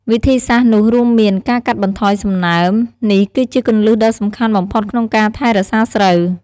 វិធីសាស្រ្តនោះរួមមាន ការកាត់បន្ថយសំណើម នេះគឺជាគន្លឹះដ៏សំខាន់បំផុតក្នុងការថែរក្សាស្រូវ។